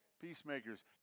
Peacemakers